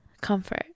comfort